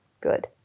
good